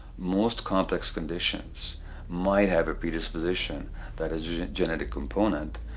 most complex conditions might have a predisposition that has a genetic component,